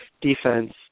defense